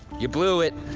you blew it.